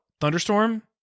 thunderstorm